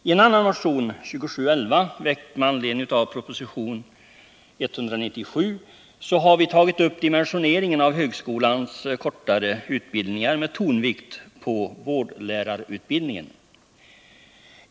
I en annan motion, 2711, väckt med anledning av proposition 197, har vi tagit upp dimensioneringen av högskolans kortare utbildningar, med tonvikt på vårdlärarutbildningen.